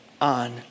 on